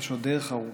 יש עוד דרך ארוכה.